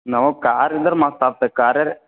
ನಮಗೆ ಕಾರ್ ಇದ್ದಾರೆ ಮಸ್ತ್ ಆಗ್ತಯ್ತೆ ಕಾರೆರೆ